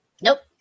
Nope